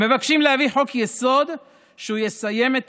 הם מבקשים להביא חוק-יסוד שיסיים את